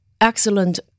excellent